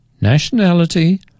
nationality